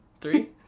Three